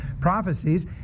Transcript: prophecies